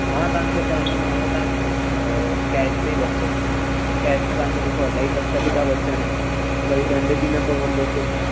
मां तव्हांखे चवंदोमांव तव्हां कैश ते वठो कैश ते तव्हांखे ॾिसो अढाई लख बि था बचनि वरी ॾंढ बि न पवंदो कुझु